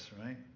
right